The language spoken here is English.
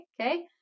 okay